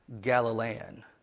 Galilean